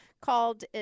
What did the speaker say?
called